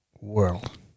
world